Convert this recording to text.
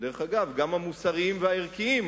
דרך אגב, גם המוסריים והערכיים,